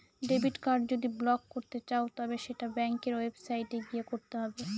debit card যদি block করতে চাও তবে সেটা ব্যাঙ্কের ওয়েবসাইটে গিয়ে করতে হবে